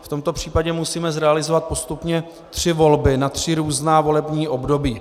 V tomto případě musíme zrealizovat postupně tři volby a na tři různá volební období.